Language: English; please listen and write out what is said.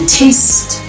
taste